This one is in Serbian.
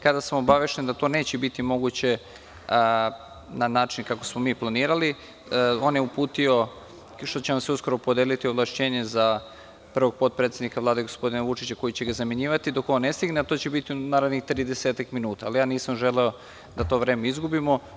Kada sam obavešten da to neće biti moguće na način kako smo mi planirali, on je uputio, uskoro će vam se podeliti ovlašćenje za prvog potpredsednika Vlade, gospodina Vučića, koji će ga zamenjivati dok on ne stigne, a to će biti u narednih 30-ak minuta, ali ja nisam želeo da to vreme izgubimo.